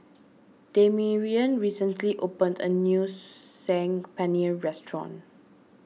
Damarion recently opened a new Saag Paneer restaurant